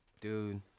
dude